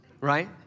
right